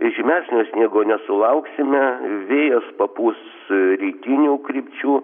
žymesnio sniego nesulauksime vėjas papūs rytinių krypčių